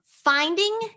Finding